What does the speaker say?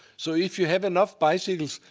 so if you have enough bicycles,